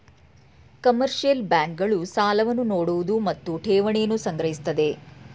commercial bank ಗಳು ಸಾಲವನ್ನು ನೋಡುವುದು ಮತ್ತು ಠೇವಣಿಯನ್ನು ಸಂಗ್ರಹಿಸುತ್ತದೆ